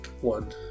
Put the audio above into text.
one